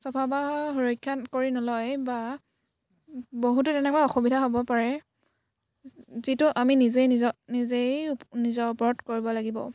চাফা বা সুৰক্ষা কৰি নলয় বা বহুতো তেনেকুৱা অসুবিধা হ'ব পাৰে যিটো আমি নিজেই নিজক নিজেই নিজৰ ওপৰত কৰিব লাগিব